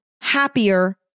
happier